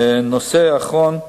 הנושא האחרון,